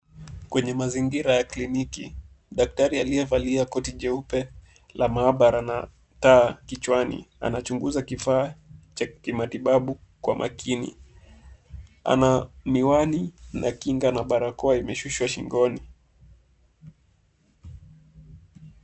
Kwenye mazingira ya kliniki daktari aliyevalia koti jeupe la maabara na taa kichwani anachunguza kifaa cha kimatibabu kwa makini. Ana miwani na kinga na barakoa imeshushwa shingoni.